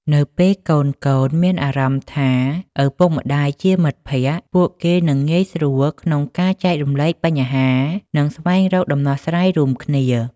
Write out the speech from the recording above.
នៅពេលកូនៗមានអារម្មណ៍ថាឪពុកម្ដាយជាមិត្តភក្តិ ពួកគេនឹងងាយស្រួលក្នុងការចែករំលែកបញ្ហា និងស្វែងរកដំណោះស្រាយរួមគ្នា។